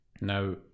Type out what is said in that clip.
Now